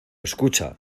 escucha